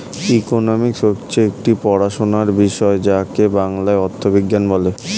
economics হচ্ছে একটি পড়াশোনার বিষয় যাকে বাংলায় অর্থবিজ্ঞান বলে